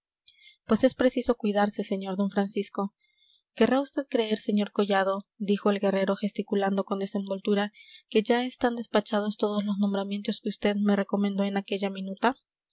pues es preciso cuidarse sr d francisco querrá vd creer sr collado dijo el guerrero gesticulando con desenvoltura que ya están despachados todos los nombramientos que vd me recomendó en aquella minuta